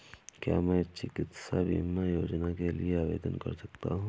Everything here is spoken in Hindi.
क्या मैं चिकित्सा बीमा योजना के लिए आवेदन कर सकता हूँ?